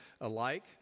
alike